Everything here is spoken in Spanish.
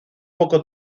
poco